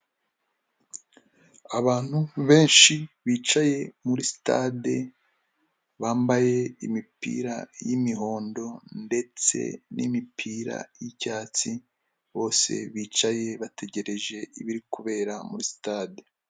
Abantu benshi bicaye muri sitade bambaye imipira y'imihondo ndetse n'imipira y'icyatsi, bose bicaye bategereje ibiri kubera muri sitade.